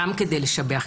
גם כדי לשבח,